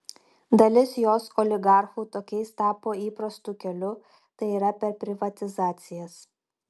dalis jos oligarchų tokiais tapo įprastu keliu tai yra per privatizacijas